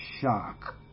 shock